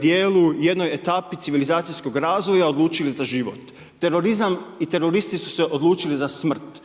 djelu, jednoj etapi civilizacijskog razvoja odlučili za život. Terorizam i teroristi su se odlučili za smrt.